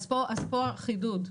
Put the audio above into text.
כאן החידוד.